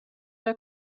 der